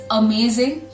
amazing